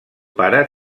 pare